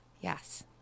Yes